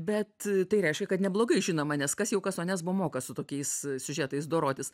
bet tai reiškia kad neblogai žinoma nes kas jau kas o nesbo su tokiais siužetais dorotis